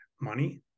money